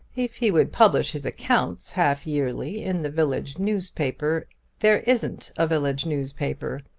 if he would publish his accounts half-yearly in the village newspaper there isn't a village newspaper.